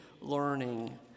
learning